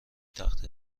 تخت